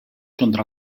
contra